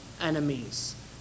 enemies